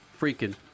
freaking